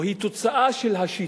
או היא תוצאה, של השיטה.